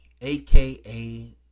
aka